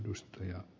dustin